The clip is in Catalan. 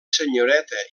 senyoreta